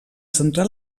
centrà